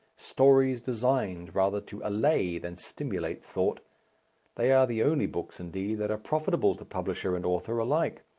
stories designed rather to allay than stimulate thought they are the only books, indeed, that are profitable to publisher and author alike.